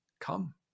come